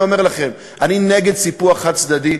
אני אומר לכם: אני נגד סיפוח חד-צדדי,